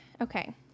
okay